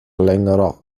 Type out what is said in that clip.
längerer